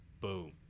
Boom